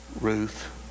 Ruth